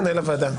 מנהל הוועדה,